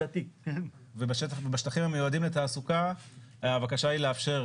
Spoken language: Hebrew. ובשטחים המיועדים לתעסוקה הבקשה היא לאפשר